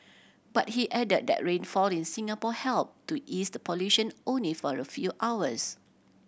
but he added that rainfall in Singapore help to ease the pollution only for a few hours